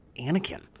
Anakin